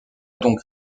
donc